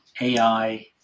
AI